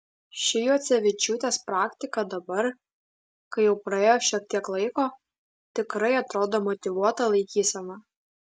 ši juocevičiūtės praktika dabar kai jau praėjo šiek tiek laiko tikrai atrodo motyvuota laikysena